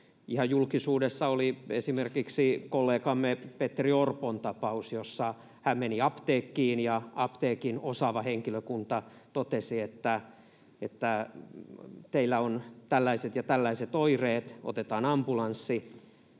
ihan julkisuudessa oli esimerkiksi kollegamme Petteri Orpon tapaus siitä, kun hän meni apteekkiin ja apteekin osaava henkilökunta totesi, että teillä on tällaiset ja tällaiset oireet, otetaan ambulanssi.